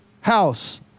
house